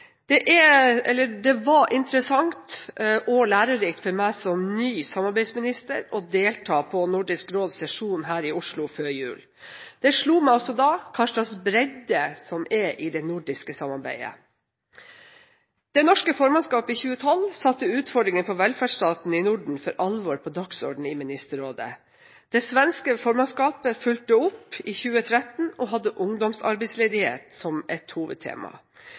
Det var interessant og lærerikt for meg som ny samarbeidsminister å delta på Nordisk råds sesjon her i Oslo før jul. Det slo meg også da hva slags bredde som er i det nordiske samarbeidet. Det norske formannskapet i 2012 satte utfordringer for velferdsstaten i Norden for alvor på dagsordenen i Ministerrådet. Det svenske formannskapet fulgte opp i 2013, og hadde ungdomsarbeidsledighet som et hovedtema.